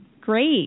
Great